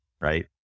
Right